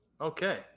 Okay